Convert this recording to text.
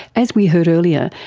as we heard earlier,